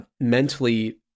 mentally